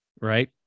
Right